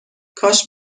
کاش